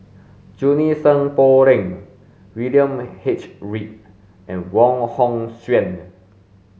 Junie Sng Poh Leng William H Read and Wong Hong Suen